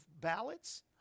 ballots